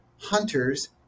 hunters